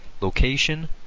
location